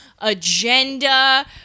agenda